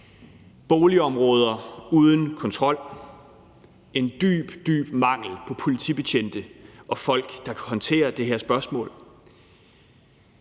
boligområder uden kontrol. Der er en dyb, dyb mangel på politibetjente og folk, der kan håndtere det her spørgsmål.